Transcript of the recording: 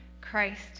Christ